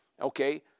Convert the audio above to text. okay